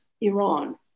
Iran